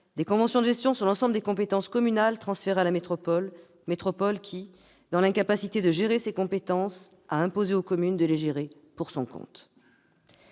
des conventions de gestion sur l'ensemble des compétences communales transférées à la métropole, laquelle, se trouvant dans l'incapacité de gérer ces compétences, a imposé aux communes de le faire pour son compte.